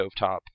stovetop